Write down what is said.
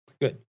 Good